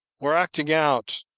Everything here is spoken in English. were acting out,